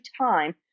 time